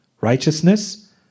Righteousness